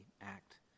Act